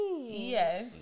Yes